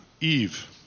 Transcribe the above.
Eve